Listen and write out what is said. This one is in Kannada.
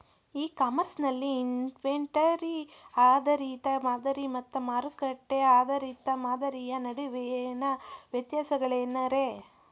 ಇ ಕಾಮರ್ಸ್ ನಲ್ಲಿ ಇನ್ವೆಂಟರಿ ಆಧಾರಿತ ಮಾದರಿ ಮತ್ತ ಮಾರುಕಟ್ಟೆ ಆಧಾರಿತ ಮಾದರಿಯ ನಡುವಿನ ವ್ಯತ್ಯಾಸಗಳೇನ ರೇ?